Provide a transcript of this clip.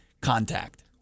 contact